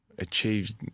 achieved